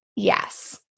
Yes